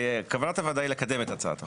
כוונת הוועדה היא לקדם את הצעת החוק.